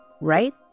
right